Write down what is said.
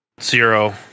Zero